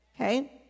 Okay